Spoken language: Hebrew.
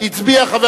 הצביע חבר